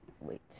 Wait